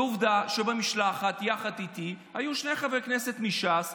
ועובדה שבמשלחת יחד איתי היו שני חברי כנסת מש"ס,